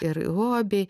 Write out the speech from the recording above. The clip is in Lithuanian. ir hobiai